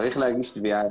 צריך להגיש תביעה.